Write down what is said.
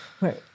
right